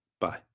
Bye